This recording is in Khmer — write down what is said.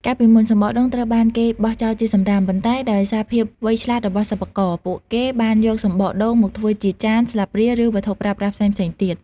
កាលពីមុន សំបកដូងត្រូវបានគេបោះចោលជាសំរាម ប៉ុន្តែដោយសារភាពវៃឆ្លាតរបស់សិប្បករ ពួកគេបានយកសម្បកដូងមកធ្វើជាចាន ស្លាបព្រា ឬវត្ថុប្រើប្រាស់ផ្សេងៗទៀត។